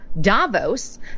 Davos